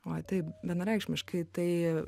oi taip vienareikšmiškai tai